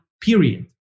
period